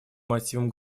мотивам